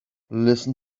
listen